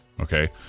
okay